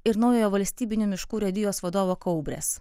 ir naujojo valstybinių miškų urėdijos vadovo kaubrės